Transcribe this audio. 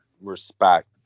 respect